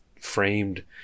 framed